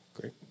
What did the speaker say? Great